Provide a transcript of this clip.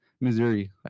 Missouri